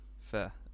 Fair